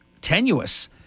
tenuous